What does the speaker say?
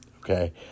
okay